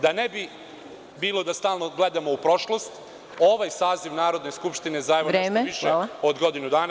Da ne bi bilo da stalno gledamo u prošlost, ovaj saziv Narodne skupštine za više od godinu dana